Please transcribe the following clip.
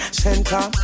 center